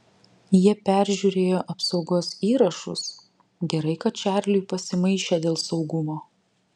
jie peržiūrėjo apsaugos įrašus gerai kad čarliui pasimaišę dėl saugumo